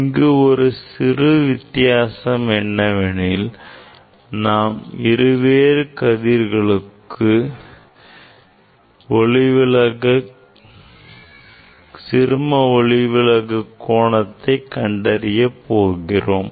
இங்கு ஒரு சிறு வித்தியாசம் என்னவெனில் நாம் இருவேறு கதிர்களுக்கு சிறும ஒளிவிலகு கோணத்தை தனித்தனியே கண்டறிய போகிறோம்